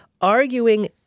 arguing